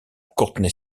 courtney